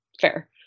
fair